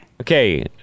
Okay